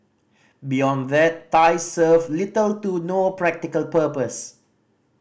beyond that ties serve little to no practical purpose